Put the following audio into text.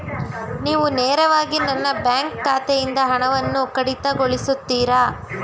ನೀವು ನೇರವಾಗಿ ನನ್ನ ಬ್ಯಾಂಕ್ ಖಾತೆಯಿಂದ ಹಣವನ್ನು ಕಡಿತಗೊಳಿಸುತ್ತೀರಾ?